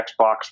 Xbox